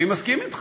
אני מסכים אתך,